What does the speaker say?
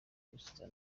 gusinzira